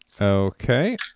Okay